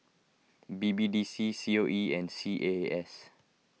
B B D C C O E and C A A S